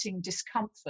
discomfort